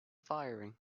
firing